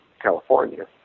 California